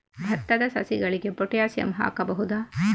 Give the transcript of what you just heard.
ಭತ್ತದ ಸಸಿಗಳಿಗೆ ಪೊಟ್ಯಾಸಿಯಂ ಹಾಕಬಹುದಾ?